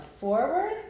forward